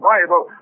Bible